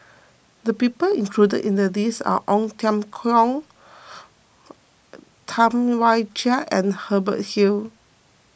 the people included in the list are Ong Tiong Khiam Tam Wai Jia and Hubert Hill